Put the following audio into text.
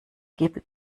gebe